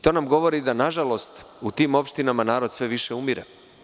To nam govori da, nažalost, u tim opštinama narod sve više umire.